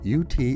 UT